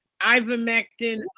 ivermectin